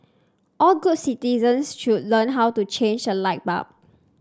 all good citizens should learn how to change a light bulb